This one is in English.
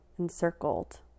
encircled